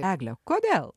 egle kodėl